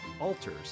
altars